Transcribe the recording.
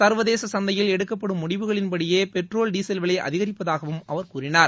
சர்வதேச சந்தையில் எடுக்கப்படும் முடிவுகளின் படியே பெட்ரோல் டீசல் விலை அதிகரிப்பதாகவும் அவர் கூறினார்